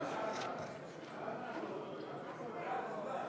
ההצעה להעביר את הצעת חוק המתווכים במקרקעין